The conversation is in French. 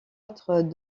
autres